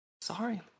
Sorry